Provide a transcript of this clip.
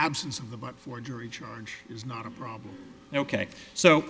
absence of the month for jury charge is not a problem ok so